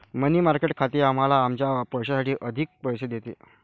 मनी market खाते आम्हाला आमच्या पैशासाठी अधिक पैसे देते